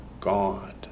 God